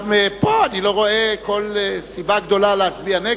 גם פה אני לא רואה כל סיבה גדולה להצביע נגד.